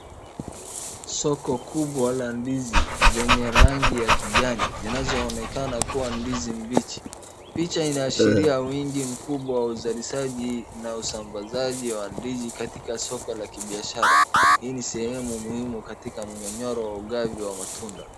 Soko kubwa la ndizi zenye rangi ya kijani zinazoonekana kuwa ndizi mbichi. {icha inaashiria mwingi mkubwa wa uzalisaji na usambazaji wa ndizi katika soko la kibiashara. Hii ni sehemu muhimu katika myonyoro wa ugavi wa matunda.